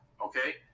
okay